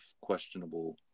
questionable